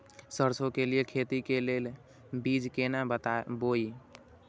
सरसों के लिए खेती के लेल बीज केना बोई?